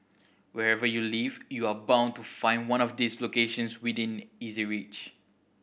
wherever you live you are bound to find one of these locations within easy reach